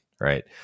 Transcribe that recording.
right